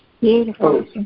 Beautiful